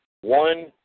one